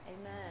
Amen